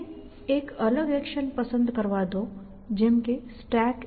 મને એક અલગ એક્શન પસંદ કરવા દો જેમ કે StackAC